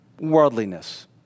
Worldliness